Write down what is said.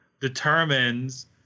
determines –